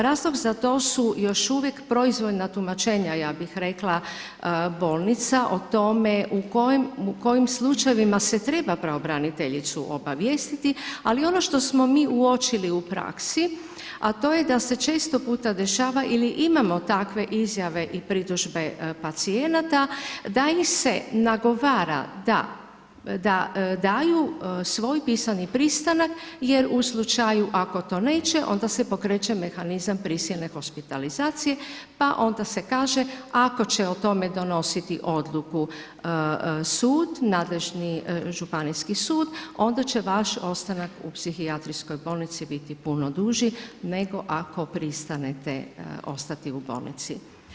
Razlog za to su još uvijek proizvoljna tumačenja ja bih rekla, bolnica o tome u kojim slučajevima se treba pravobraniteljicu obavijestiti ali ono što smo mi uočili u praksi, a to je da se često puta dešava ili imamo takve izjave i pritužbe pacijenata, da ih se nagovara da daju svoj pisani pristanak jer u slučaju ako to neće, onda se pokreće mehanizam prisilne hospitalizacije pa onda se kaže, ako će o tome donositi odluku sud, nadležni županijski sud, onda će vaš ostanak u psihijatrijskoj bolnici biti puno duži nego ako pristanete ostati u bolnici.